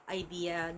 idea